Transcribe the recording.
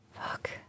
Fuck